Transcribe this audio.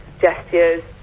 gestures